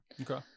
Okay